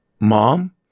Mom